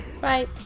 Bye